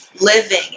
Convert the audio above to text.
Living